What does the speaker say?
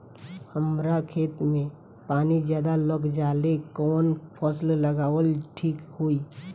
हमरा खेत में पानी ज्यादा लग जाले कवन फसल लगावल ठीक होई?